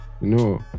no